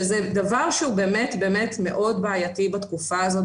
וזה דבר שהוא באמת מאוד בעייתי בתקופה הזאת,